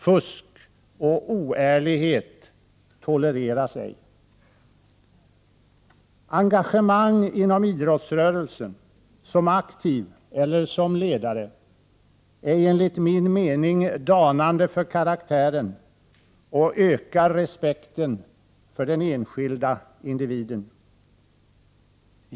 Fusk och oärlighet tolereras ej. Engagemang inom idrottsrörelsen, som aktiv eller som ledare, är enligt min mening danande för karaktären och ökar respekten för den enskilde individen.